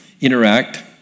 interact